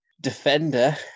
defender